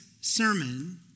sermon